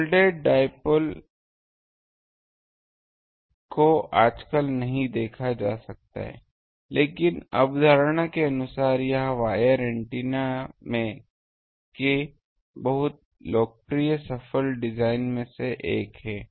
folded dipole को आजकल नहीं देखा जाता है लेकिन अवधारणा के अनुसार यह वायर एंटीना के बहुत लोकप्रिय सफल डिजाइनों में से एक है